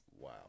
wow